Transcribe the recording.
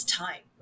time